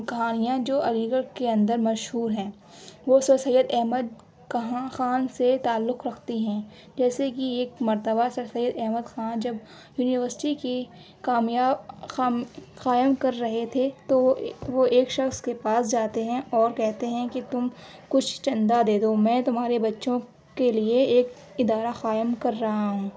کہانیاں جو علی گڑھ کے اندر مشہور ہیں وہ سر سید احمد کہاں خان سے تعلق رکھتی ہیں جیسے کہ ایک مرتبہ سر سید احمد خاں جب یونیوسٹی کی کامیا خم قائم کر رہے تھے تو وہ ایک شخص کے پاس جاتے ہیں اور کہتے ہیں کہ تم کچھ چندہ دے دو میں تمہارے بچوں کے لیے ایک ادارہ قائم کر رہا ہوں